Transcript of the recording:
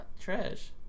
Trash